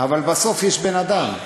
אבל בסוף יש בן-אדם.